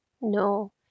No